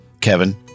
kevin